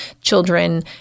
children